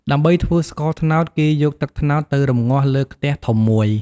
ដើម្បីធ្វើស្ករត្នោត គេយកទឹកត្នោតទៅរំងាស់លើខ្ទះធំមួយ។